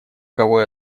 кого